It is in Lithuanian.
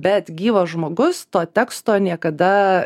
bet gyvas žmogus to teksto niekada